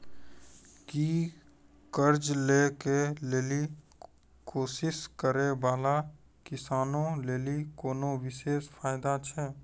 कि कर्जा लै के लेली कोशिश करै बाला किसानो लेली कोनो विशेष फायदा छै?